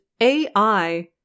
AI